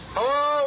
Hello